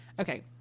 Okay